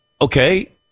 Okay